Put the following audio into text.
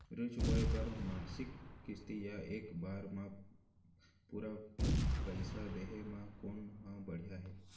ऋण चुकोय बर मासिक किस्ती या एक बार म पूरा पइसा देहे म कोन ह बढ़िया हे?